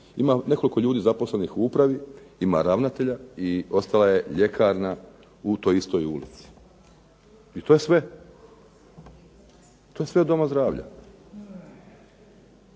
ima nekoliko ljudi zaposlenih u upravi, ima ravnatelja i ostala je ljekarna u toj istoj ulici. I to je sve, to je sve od doma zdravlja.